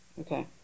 Okay